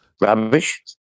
Rubbish